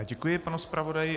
Děkuji panu zpravodaji.